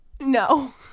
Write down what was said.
No